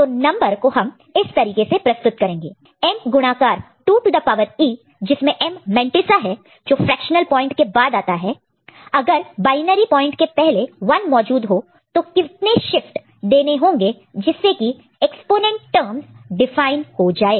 तो नंबर को हम इस तरीके से रिप्रेजेंट करेंगे M into 2 to the power E जिसमें M मैंटीसा है जो फ्रेक्शनल पॉइंट के बाद आता है अगर बायनरी पॉइंट के पहले 1 मौजूद हो तो कितने शिफ्ट देने होंगे जिससे कि एक्स्पोनेंट टर्म्स डिफाइन हो जाए